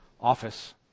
office